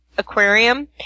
aquarium